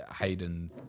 Hayden